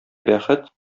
бәхет